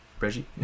Reggie